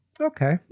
okay